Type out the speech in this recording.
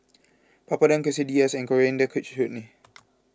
Papadum Quesadillas and Coriander Chutney